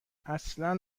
اصلا